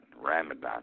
Ramadan